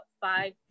five